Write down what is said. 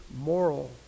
moral